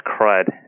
crud